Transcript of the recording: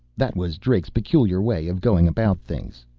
that was drake's peculiar way of going about things.